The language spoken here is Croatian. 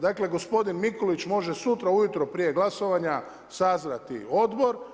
Dakle gospodin Mikulić može sutra ujutro prije glasovanja sazvati Odbor.